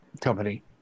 company